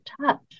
touch